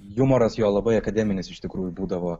jumoras jo labai akademinis iš tikrųjų būdavo